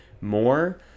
more